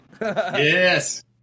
Yes